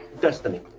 Destiny